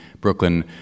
Brooklyn